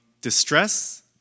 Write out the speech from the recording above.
distress